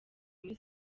muri